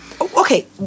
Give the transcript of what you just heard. Okay